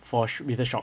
for sh~ with a shock